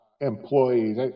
employees